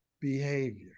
behavior